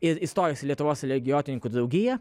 ir įstojus į lietuvos religijotyrininkų draugiją